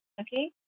okay